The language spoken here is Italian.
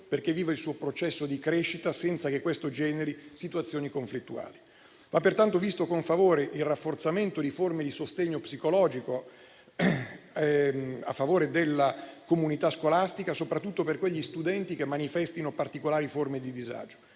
perché viva il suo processo di crescita senza che questo generi situazioni conflittuali. Va pertanto visto con favore il rafforzamento di forme di sostegno psicologico a favore della comunità scolastica, soprattutto per gli studenti che manifestino particolari forme di disagio.